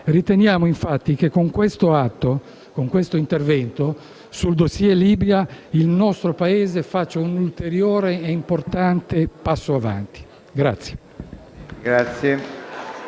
Riteniamo infatti che con questo intervento sul *dossier* Libia, il nostro Paese faccia un ulteriore e importante passo avanti.